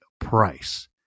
price